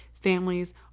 families